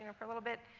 and for a little bit.